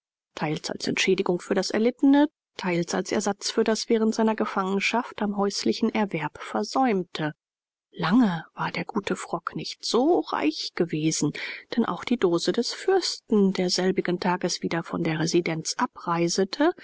teils als entschädigung für das erlittene teils als ersatz für das während seiner gefangenschaft am häuslichen erwerb versäumte lange war der gute frock nicht so reich gewesen denn auch die dose des fürsten der selbiges tages wieder von der residenz abreisete